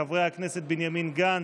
חברי הכנסת בנימין גנץ,